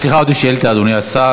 יש לך עוד שאילתה, אדוני השר.